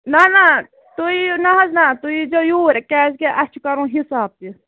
نہَ نہَ تُہۍ یِِیِو نہَ حظ نہَ تُہۍ ییٖزیٚو یوٗرۍ کیٛازِکہِ اَسہِ چھُ کَرُن حِساب تہِ